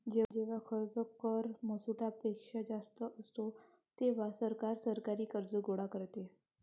जेव्हा खर्च कर महसुलापेक्षा जास्त असतो, तेव्हा सरकार सरकारी कर्ज गोळा करते